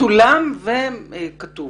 מצולם וכתוב.